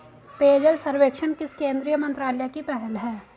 पेयजल सर्वेक्षण किस केंद्रीय मंत्रालय की पहल है?